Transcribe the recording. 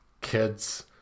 kids